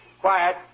Quiet